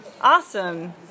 Awesome